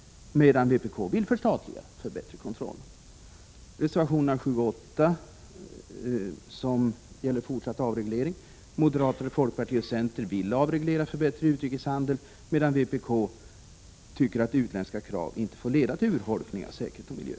Vpk vill däremot förstatliga för bättre kontroll. Reservationerna 7 och 8 gäller fortsatt avreglering. Moderater, folkparti och center vill avreglera för bättre utrikeshandel, medan vpk tycker att utländska krav inte får leda till urholkning av säkerhet och miljö.